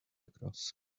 across